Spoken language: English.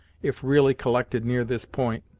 if really collected near this point,